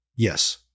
Yes